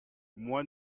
moi